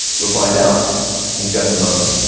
we'll find out in just a moment.